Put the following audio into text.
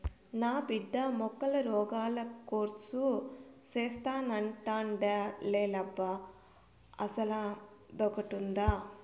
నా బిడ్డ మొక్కల రోగాల కోర్సు సేత్తానంటాండేలబ్బా అసలదొకటుండాదా